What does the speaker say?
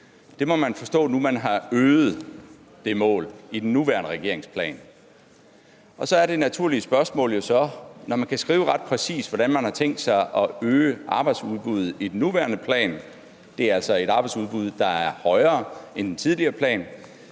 Jeg må forstå nu, at man har øget det mål i den nuværende regeringsplan, og så er det naturlige spørgsmål jo så, når man kan skrive ret præcist, hvordan man har tænkt sig at øge arbejdsudbuddet i den nuværende plan – det er altså et arbejdsudbud, der er højere end i den tidligere plan